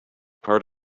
part